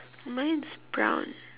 mine is brown